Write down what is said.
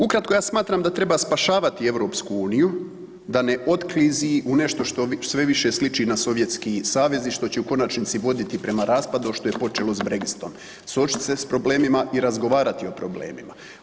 Ukratko, ja smatram da treba spašavati EU da ne otklizi u nešto što više sliči na Sovjetski Savez i što će u konačnici voditi prema raspadu, a što je počelo s Brexitom, suočiti s problemima i razgovarati o problemima.